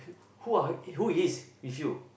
who are who he's with you